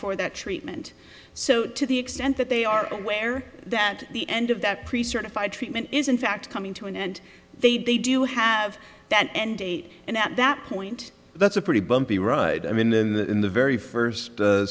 for that treatment so to the extent that they are aware that the end of that pre certified treatment is in fact coming to an end they do have that end date and at that point that's a pretty bumpy ride i mean then in the very first